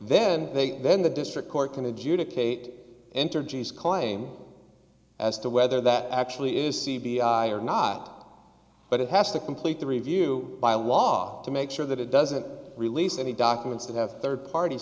then they then a district court can adjudicate entergy is claim as to whether that actually is c b i or not but it has to complete the review by law to make sure that it doesn't release any documents that have third party